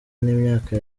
n’imyaka